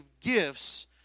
gifts